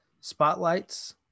spotlights